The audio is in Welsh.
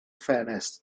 ffenestr